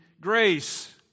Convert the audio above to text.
grace